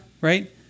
right